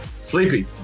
Sleepy